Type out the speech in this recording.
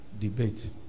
debate